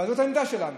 אבל זאת העמדה שלנו.